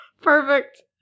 Perfect